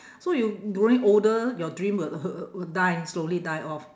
so you growing older your dream will will die slowly die off